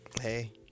Hey